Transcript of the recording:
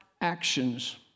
actions